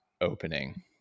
opening